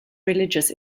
religious